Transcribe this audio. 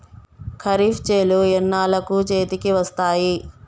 ఖరీఫ్ చేలు ఎన్నాళ్ళకు చేతికి వస్తాయి?